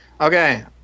Okay